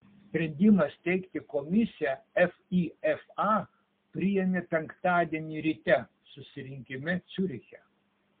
sprendimą steigti komisiją fifa priėmė penktadienį ryte susirinkime ciuriche